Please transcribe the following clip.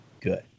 Good